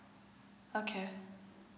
okay